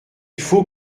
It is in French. faut